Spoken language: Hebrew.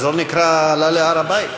אבל זה לא נקרא עלייה להר-הבית.